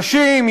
נשים,